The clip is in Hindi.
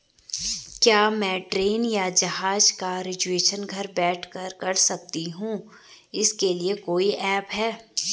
क्या मैं ट्रेन या जहाज़ का रिजर्वेशन घर बैठे कर सकती हूँ इसके लिए कोई ऐप है?